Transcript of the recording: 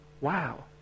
wow